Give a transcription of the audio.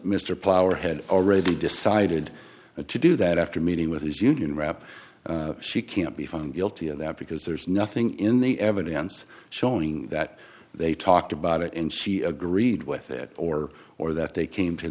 mr power had already decided to do that after meeting with his union rep she can't be found guilty of that because there's nothing in the evidence showing that they talked about it and she agreed with it or or that they came to